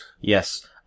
Yes